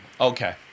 Okay